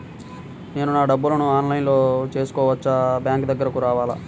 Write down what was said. నేను నా డబ్బులను ఆన్లైన్లో చేసుకోవచ్చా? బ్యాంక్ దగ్గరకు రావాలా?